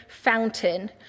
fountain